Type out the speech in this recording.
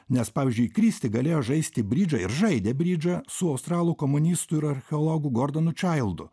nes pavyzdžiui kristi galėjo žaisti bridžą ir žaidė bridžą su australų komunistu ir archeologu gordon nu čaildu